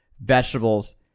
vegetables